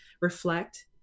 reflect